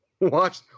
watch